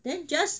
then just